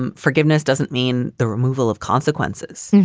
um forgiveness doesn't mean the removal of consequences.